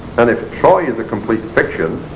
and if troy is a complete fiction